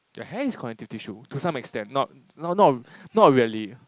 your hair is connective tissue to some extent not not not really